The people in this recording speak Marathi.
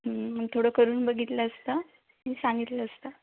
मग थोडं करून बघितलं असतं आणि सांगितलं असतं